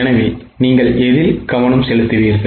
எனவே நீங்கள் எதில் கவனம் செலுத்துவீர்கள்